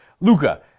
Luca